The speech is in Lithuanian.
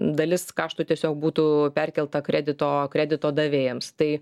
dalis kaštų tiesiog būtų perkelta kredito kredito davėjams tai